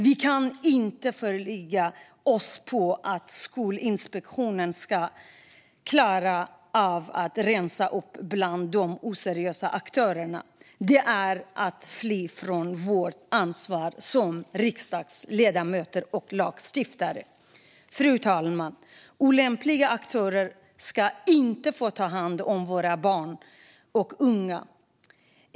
Vi kan inte förlita oss på att Skolinspektionen ska klara av att rensa upp bland de oseriösa aktörerna. Det är att fly från vårt ansvar som riksdagsledamöter och lagstiftare. Fru talman! Olämpliga aktörer ska inte få ta hand om våra barn och unga.